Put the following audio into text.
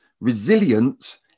resilience